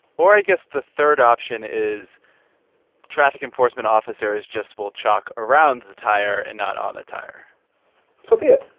or i guess the third option is traffic enforcement officers just will chalk around the tire and not on a tire so be it.